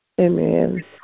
Amen